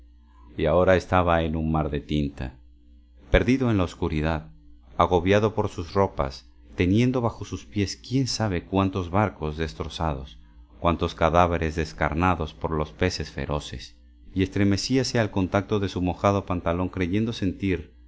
y ahora estaba en un mar de tinta perdido en la oscuridad agobiado por sus ropas teniendo bajo sus pies quién sabe cuántos barcos destrozados cuántos cadáveres descarnados por los peces feroces y estremecíase al contacto de su mojado pantalón creyendo sentir